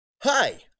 Hi